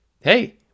hey